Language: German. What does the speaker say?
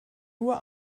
nur